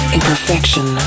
Imperfection